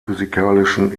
physikalischen